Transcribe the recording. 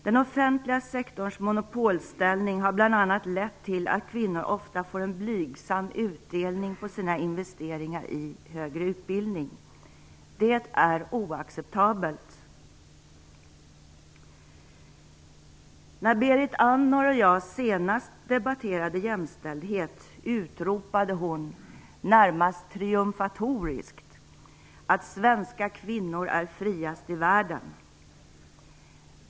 Den offentliga sektorns monopolställning har bl.a. lett till att kvinnor ofta får en blygsam utdelning på sina investeringar i högre utbildning. Det är oacceptabelt. När Berit Andnor och jag senast debatterade jämställdhet utropade hon - närmast triumfatoriskt - att svenska kvinnor är friast i världen.